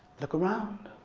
look around.